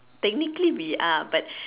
technically we are but